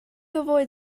avoid